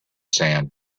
sand